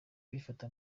kwifata